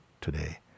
today